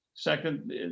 Second